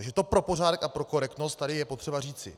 Takže to pro pořádek a pro korektnost tady je potřeba říci.